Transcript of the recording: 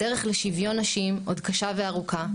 הדרך לשוויון נשים עוד קשה וארוכה,